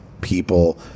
people